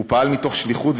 הוא פעל מתוך שליחות,